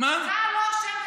צה"ל לא אשם בכלום.